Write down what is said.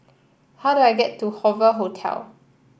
how do I get to Hoover Hotel